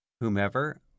whomever